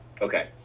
okay